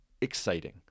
exciting